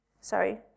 sorry